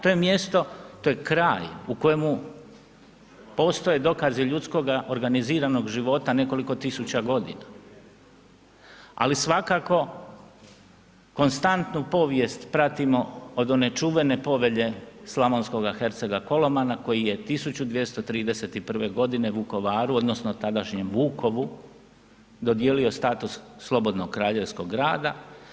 To je mjesto, to je kraj u kojemu postoje ljudskoga organiziranog života nekoliko tisuća godina, ali svakako konstantnu povijest pratimo od one čuvene povelje slavonskoga hercega Kolomana koji je 1231. godine Vukovaru odnosno tadašnjem Vukovu dodijelio status slobodnog kraljevskog grada.